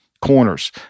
corners